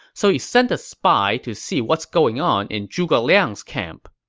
so he sent a spy to see what's going on in zhuge liang's camp.